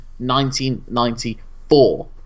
1994